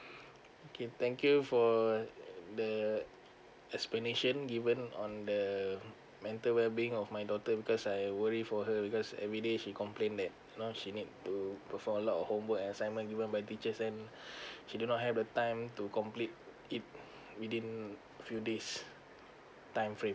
okay thank you for the explanation given on the mental well being of my daughter because I worry for her because everyday she complain that you know she need to perform a lot of homework assignment given by teachers and she does not have the time to complete it within few days timeframe